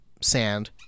sand